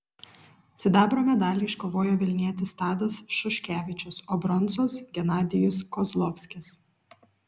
sidabro medalį iškovojo vilnietis tadas šuškevičius o bronzos genadijus kozlovskis